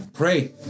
pray